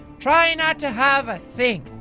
try not to have a thing.